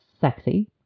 sexy